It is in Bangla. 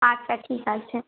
আচ্ছা ঠিক আছে